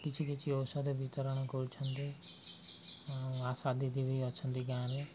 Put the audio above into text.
କିଛି କିଛି ଔଷଧ ବିତରଣ କରୁଛନ୍ତି ଆ ଆଶା ଦିଦି ବି ଅଛନ୍ତି ଗାଁରେ